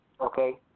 Okay